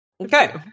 Okay